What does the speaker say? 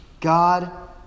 God